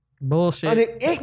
Bullshit